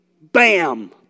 bam